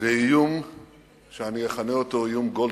ואיום שאני אכנה אותו "איום גולדסטון",